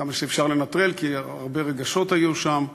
כמה שאפשר לנטרל, כי הרבה רגשות היו שם.